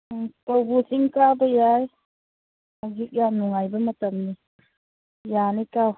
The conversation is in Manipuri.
ꯎꯝ ꯀꯧꯕ꯭ꯔꯨ ꯆꯤꯡ ꯀꯥꯕ ꯌꯥꯏ ꯍꯧꯖꯤꯛ ꯌꯥꯝ ꯅꯨꯡꯉꯥꯏꯕ ꯃꯇꯝꯅꯤ ꯌꯥꯅꯤ ꯀꯥꯎ